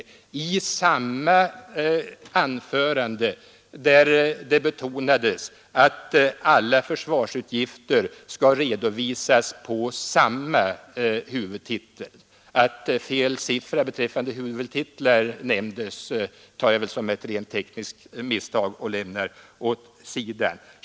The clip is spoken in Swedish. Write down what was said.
Det gjordes i samma anförande där det betonades att alla försvarsutgifter skall redovisas på samma huvudtitel; att fel siffra beträffande huvudtitlar nämndes tar jag som ett rent tekniskt misstag och lämnar åt sidan.